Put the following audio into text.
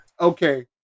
Okay